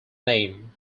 name